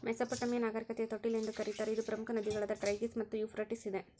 Mesopotamia ನಾಗರಿಕತೆಯ ತೊಟ್ಟಿಲು ಎಂದು ಕರೀತಾರ ಇದು ಪ್ರಮುಖ ನದಿಗಳಾದ ಟೈಗ್ರಿಸ್ ಮತ್ತು ಯೂಫ್ರಟಿಸ್ ಇದೆ